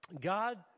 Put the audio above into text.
God